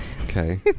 Okay